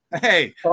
Hey